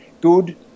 Good